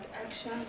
action